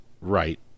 right